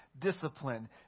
discipline